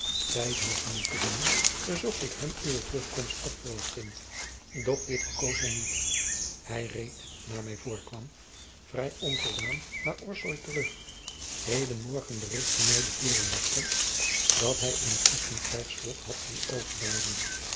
tijd hopende te winnen verzocht ik hem uwe terugkomst af te wachten doch dit verkoos hij niet hij reed naar mij voorkwam vrij onvoldaan naar orsoy terug heden morgen berichtte mij de torenwachter dat hij in t westen krijgsvolk had zien overvaren